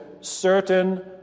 certain